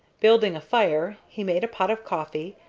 building a fire, he made a pot of coffee,